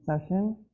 Session